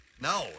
No